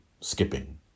skipping